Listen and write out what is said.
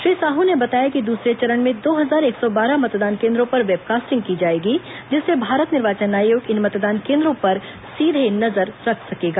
श्री साहू ने बताया कि दूसरे चरण में दो हजार एक सौ बारह मतदान केंद्रों पर वेबकास्टिंग की जायेगी जिससे भारत निर्वाचन आयोग इन मतदान केंद्रों पर सीधे नजर रख सकेगा